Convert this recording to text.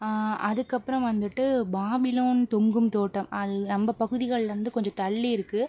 அதுக்கப்புறம் வந்துட்டு பாபிலோன் தொங்கும் தோட்டம் அது நம்ம பகுதிகள்ல்ருந்து கொஞ்சம் தள்ளி இருக்கு